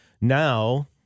now